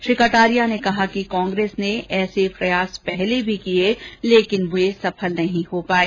श्री कटारिया ने कहा कि कांग्रेस ने ऐसे प्रयास पहले भी किये लेकिन वे सफल नहीं हो पाये